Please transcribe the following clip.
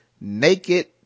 naked